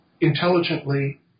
intelligently